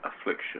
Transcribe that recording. affliction